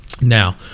Now